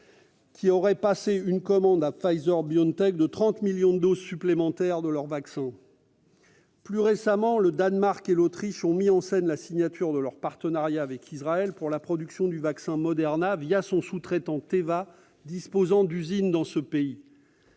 qui aurait passé commande à Pfizer et BioNTech de 30 millions de doses supplémentaires de leur vaccin. Plus récemment, le Danemark et l'Autriche ont mis en scène la signature de leur partenariat avec Israël pour la production du vaccin Moderna, son sous-traitant Teva qui dispose d'usines dans ces pays.